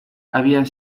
habían